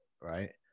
right